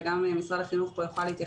וגם משרד החינוך פה יוכל להתייחס,